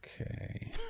Okay